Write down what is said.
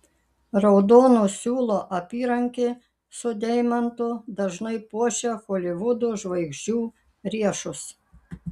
raudono siūlo apyrankė su deimantu dažnai puošia holivudo žvaigždžių riešus